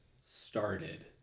started